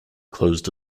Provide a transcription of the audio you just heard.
closed